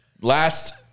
last